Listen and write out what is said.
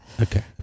Okay